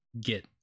get